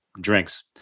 drinks